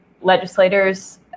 legislators